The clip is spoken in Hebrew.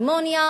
הרמוניה